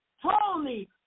holy